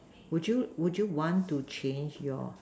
would you would you want to change your